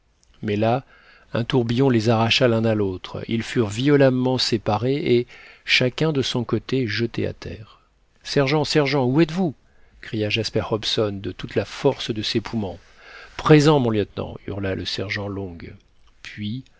mais là un tourbillon les arracha l'un à l'autre ils furent violemment séparés et chacun de son côté jetés à terre sergent sergent où êtes-vous cria jasper hobson de toute la force de ses poumons présent mon lieutenant hurla le sergent long puis